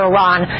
Iran